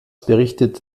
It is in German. berichtet